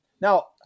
now